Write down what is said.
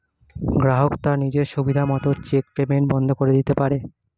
গ্রাহক তার নিজের সুবিধা মত চেক পেইমেন্ট বন্ধ করে দিতে পারে